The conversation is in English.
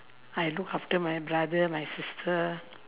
I look after my brother my sister